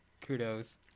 kudos